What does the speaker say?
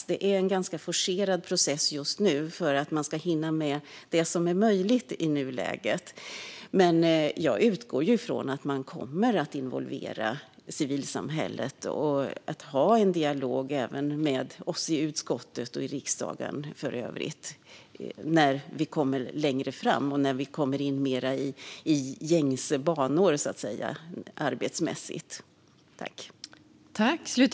Det pågår just nu en ganska forcerad process för att man ska hinna med det som är möjligt i nuläget. Jag utgår dock från att man kommer att involvera civilsamhället och ha en dialog med oss i utskottet, och även i riksdagen, längre fram när det hela kommer in mer i gängse banor arbetsmässigt.